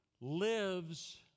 lives